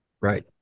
right